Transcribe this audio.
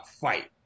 fight